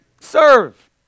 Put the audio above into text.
Serve